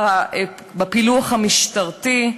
בפילוח המשטרתי,